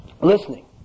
Listening